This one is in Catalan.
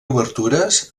obertures